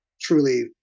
truly